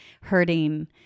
hurting